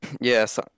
Yes